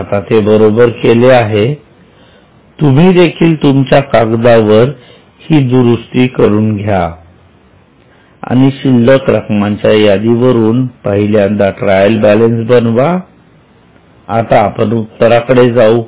मी आता ते बरोबर केले आहे तुम्ही देखील तुमच्या कागदावर ही दुरुस्ती करून घ्या आणि या शिल्लक रकमांच्या यादीवरून पहिल्यांदा ट्रायल बॅलन्स बनवा आता आपण उत्तराकडे जाऊ